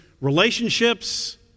relationships